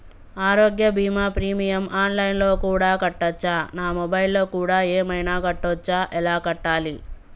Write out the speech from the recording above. ఆరోగ్య బీమా premium online లో కూడా కట్టచ్చా? నా మొబైల్లో కూడా ఏమైనా కట్టొచ్చా? ఎలా కట్టాలి?